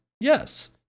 Yes